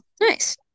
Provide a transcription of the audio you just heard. Nice